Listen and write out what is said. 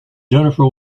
jennifer